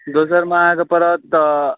दोसरमे अहाँके पड़त तऽ